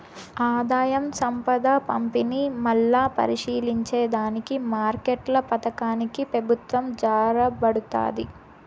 ఆదాయం, సంపద పంపిణీ, మల్లా పరిశీలించే దానికి మార్కెట్ల పతనానికి పెబుత్వం జారబడతాది